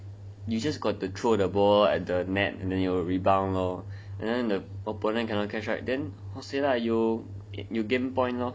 you just got to throw the ball at the net and then it will rebound lor and then the opponent cannot catch right then !wahseh! lah you you gain point lor